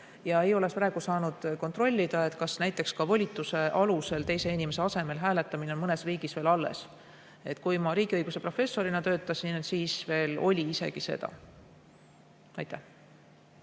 Ma ei ole praegu saanud kontrollida, kas näiteks ka volituse alusel teise inimese asemel hääletamine on mõnes riigis veel alles. Kui ma riigiõiguse professorina töötasin, siis veel oli isegi seda. Evelin